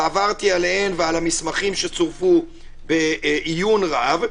ועברתי עליהן על המסמכים שצורפו בעיון רב,